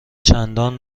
چندان